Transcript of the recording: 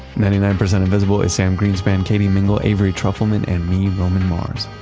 ninety nine percent invisible is sam greenspan, katie mingle, avery trufelman, and me, roman mars.